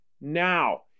now